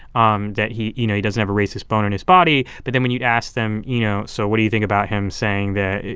um that he you know, he doesn't have a racist bone in his body but then when you ask them, you know, so what do you think about him saying that,